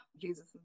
Jesus